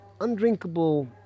undrinkable